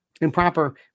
improper